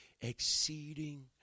exceeding